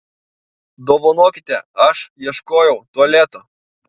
dovanokite aš ieškojau tualeto